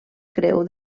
creu